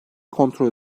kontrol